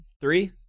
three